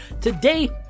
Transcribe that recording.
Today